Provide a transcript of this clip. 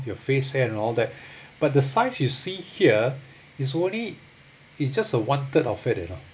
your face hair and all that but the size you see here is only it's just a one third of it you know